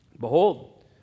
behold